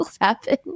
happen